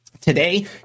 Today